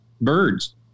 birds